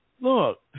look